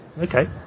okay